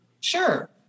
Sure